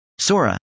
Sora